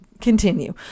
continue